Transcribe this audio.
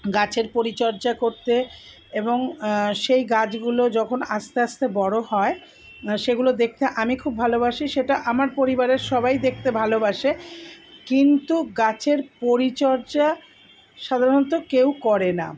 গাছের পরিচর্যা করতে এবং সেই গাছগুলো যখন আসতে আসতে বড় হয় সেগুলো দেখতে আমি খুব ভালোবাসি সেটা আমার পরিবারের সবাই দেখতে ভালোবাসে কিন্তু গাছের পরিচর্যা সাধারণত কেউ করে না